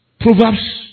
Proverbs